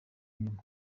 inyuma